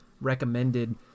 recommended